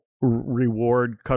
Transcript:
reward